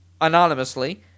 anonymously